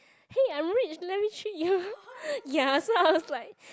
hey I'm rich let me treat you ya so I was like